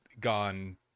gone